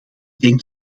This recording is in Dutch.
denk